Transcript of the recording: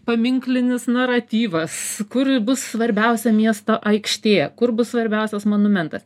paminklinis naratyvas kur bus svarbiausia miesto aikštė kur bus svarbiausias monumentas